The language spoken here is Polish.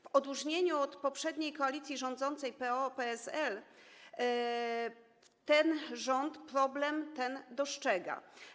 W odróżnieniu od poprzedniej koalicji rządzącej PO-PSL ten rząd problem ten dostrzega.